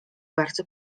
bardzo